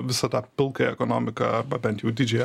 visą tą pilkąją ekonomiką arba bent jau didžiąją